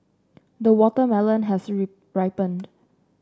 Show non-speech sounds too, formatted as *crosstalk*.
the watermelon has *unintelligible* ripened